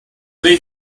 they